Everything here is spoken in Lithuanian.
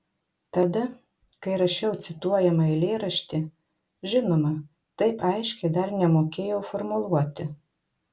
tada kai rašiau cituojamą eilėraštį žinoma taip aiškiai dar nemokėjau formuluoti